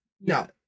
No